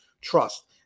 trust